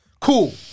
Cool